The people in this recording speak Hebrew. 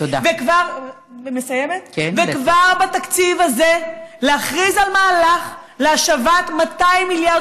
וכבר בתקציב הזה להכריז על מהלך להשבת 200 מיליארד